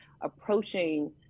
approaching